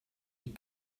die